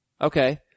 Okay